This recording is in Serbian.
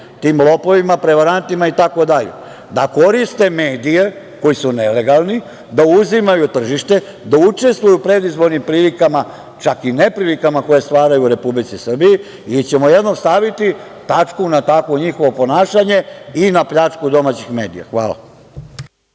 tim lopovima, prevarantima itd. da koriste medije koji su nelegalni, da uzimaju tržište, da učestvuju u predizbornim prilikama, čak i neprilikama koje stvaraju u Republici Srbiji ili ćemo jednom staviti tačku na takvo njihovo ponašanje i na pljačku domaćih medija? Hvala.